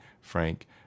frank